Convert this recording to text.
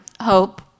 hope